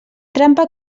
trampa